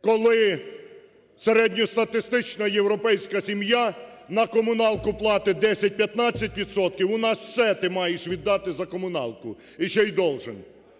коли середньостатистична європейська сім'я на комуналку платить 10-15 відсотків, у нас все ти маєш віддати за комуналку і ще і должен.